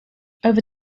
over